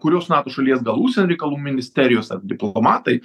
kurios nors šalies užsienio reikalų ministerijos ar diplomatai